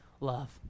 love